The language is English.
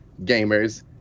gamers